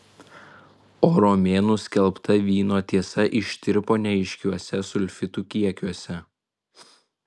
o romėnų skelbta vyno tiesa ištirpo neaiškiuose sulfitų kiekiuose